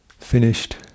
finished